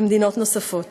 ומדינות נוספות.